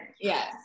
Yes